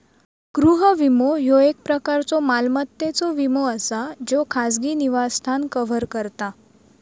गृह विमो, ह्यो एक प्रकारचो मालमत्तेचो विमो असा ज्यो खाजगी निवासस्थान कव्हर करता